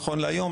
נכון להיום,